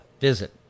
visit